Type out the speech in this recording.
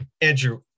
Andrew